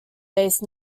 based